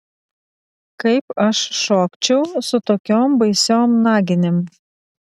kaip aš šokčiau su tokiom baisiom naginėm